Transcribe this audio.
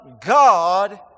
God